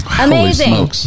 Amazing